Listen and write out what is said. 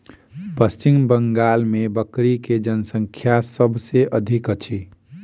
पश्चिम बंगाल मे बकरी के जनसँख्या सभ से अधिक अछि